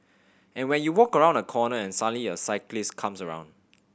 and when you walk around a corner and suddenly a cyclist comes around